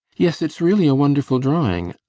yes it's really a wonderful drawing.